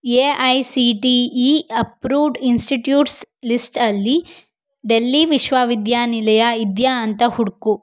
A I C T E approved institutes ಲಿಸ್ಟಲ್ಲಿ ಡೆಲ್ಲಿ ವಿಶ್ವವಿದ್ಯಾನಿಲಯ ಇದೆಯಾ ಅಂತ ಹುಡುಕು